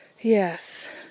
Yes